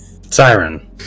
siren